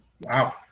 Wow